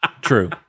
true